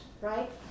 right